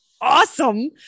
awesome